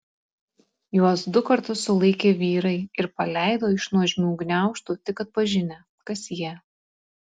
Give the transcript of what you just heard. juos du kartus sulaikė vyrai ir paleido iš nuožmių gniaužtų tik atpažinę kas jie